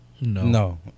no